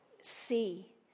See